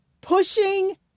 pushing